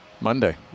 Monday